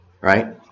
Right